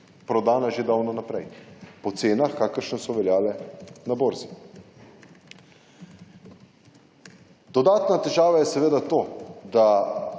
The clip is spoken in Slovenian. prodana že davno naprej po cenah kakršne so veljale na borzi. Dodatna težava je seveda to, da